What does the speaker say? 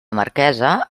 marquesa